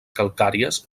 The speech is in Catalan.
calcàries